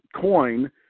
coin